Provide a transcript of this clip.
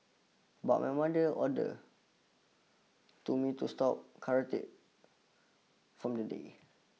but my mother ordered to me to stop karate from the day